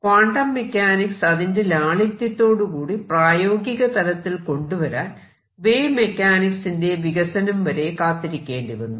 quantum mechanics അതിന്റെ ലാളിത്യത്തോടുകൂടി പ്രായോഗികതലത്തിൽ കൊണ്ടുവരാൻ വേവ് മെക്കാനിക്സ് ന്റെ വികസനം വരെ കാത്തിരിക്കേണ്ടി വന്നു